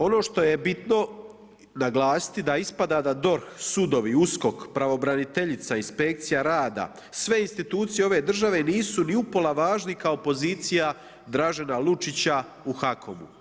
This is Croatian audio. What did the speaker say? Ono što je bitno naglasiti, da ispada da DORH, sudovi, USKOK, pravobraniteljica, Inspekcija rada, sve institucije ove države nisu ni upola važni kao pozicija Dražena Lučića u HAKOM-u.